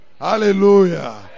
Hallelujah